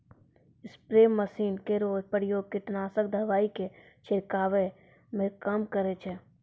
spray machine केरो प्रयोग कीटनाशक दवाई क छिड़कावै म काम करै छै